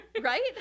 right